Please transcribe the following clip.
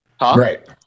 Right